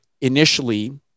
initially